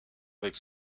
avec